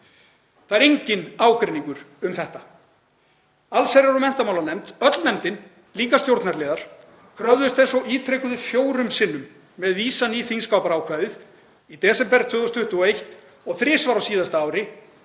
Það er enginn ágreiningur um þetta. Allsherjar- og menntamálanefnd, öll nefndin, líka stjórnarliðar, krafðist þessa og ítrekaði fjórum sinnum, með vísan í þingskapaákvæðið, í desember 2021, og þrisvar á síðasta ári,